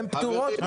הן פטורות מפיקוח?